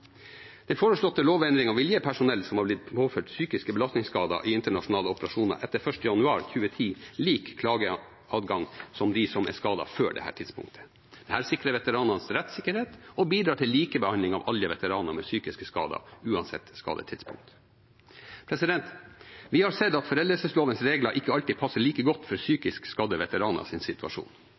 foreslåtte lovendringene vil gi personell som har blitt påført psykiske belastningsskader i internasjonale operasjoner etter 1. januar 2010, samme klageadgang som dem som ble skadet før dette tidspunktet. Det sikrer veteranenes rettssikkerhet og bidrar til likebehandling av alle veteraner med psykiske skader, uansett skadetilstand. Vi har sett at foreldelseslovens regler ikke alltid passer like godt for psykisk skadde veteraners situasjon.